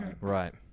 right